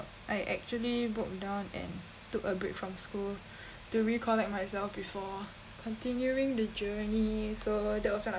I actually broke down and took a break from school to recollect myself before continuing the journey so that was when I